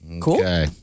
Cool